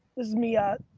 is me out.